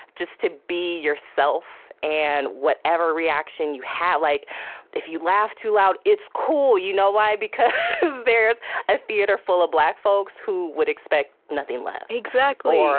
just to be yourself. and whatever reaction you had like if you laughed too loud, it's cool you know why? because there's a theater full of black folks who would expect nothing less exactly,